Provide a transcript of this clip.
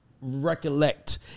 recollect